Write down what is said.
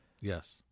yes